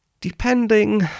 Depending